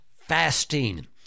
fasting